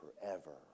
forever